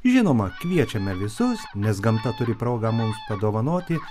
žinoma kviečiame visus nes gamta turi progą mums padovanoti